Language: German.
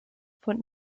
von